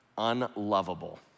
unlovable